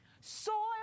Soil